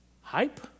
Hype